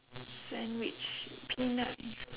sandwich peanut